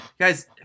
guys